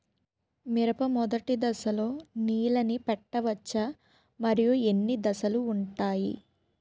మిరప మొదటి దశలో నీళ్ళని పెట్టవచ్చా? మరియు ఎన్ని దశలు ఉంటాయి?